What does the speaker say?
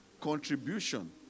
contribution